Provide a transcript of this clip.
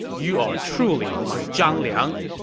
you are truly my zhang liang.